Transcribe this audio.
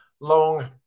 Long